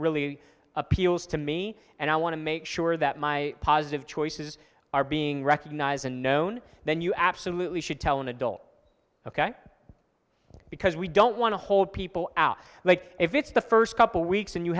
really appeals to me and i want to make sure that my positive choices are being recognized and known then you absolutely should tell an adult ok because we don't want to hold people out like if it's the first couple weeks and you